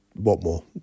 Whatmore